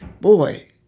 boy